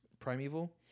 primeval